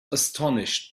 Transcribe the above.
astonished